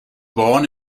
born